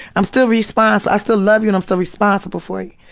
i'm still respons i still love you, and i'm still responsible for you.